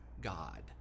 God